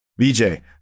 BJ